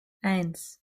eins